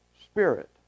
spirit